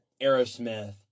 Aerosmith